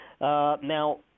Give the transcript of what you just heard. Now